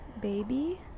baby